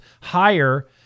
Higher